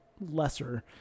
lesser